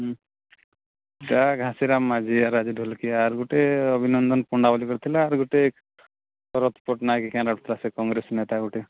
ହୁଁ ଗା ଘାସେରା ମାଝି ଆରାରି ଢୋଲ୍ କେ ଆରୁ ଗୁଟେ ଅଭିନନ୍ଦନ୍ ପଣ୍ଡା ବୋଲି ଗୋଟେ ଥିଲା ଆରୁ ଗୁଟେ ଶରତ ପଟ୍ଟନାୟକ କେନ୍ ରଖଥିଲା ସେ କଂଗ୍ରେସ ନେତା ଗୋଟେ